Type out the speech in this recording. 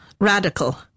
Radical